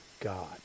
God